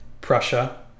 Prussia